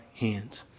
hands